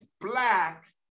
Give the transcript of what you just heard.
black